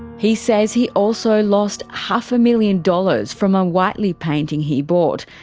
he says he also lost half a million dollars from a whiteley painting he bought.